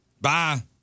bye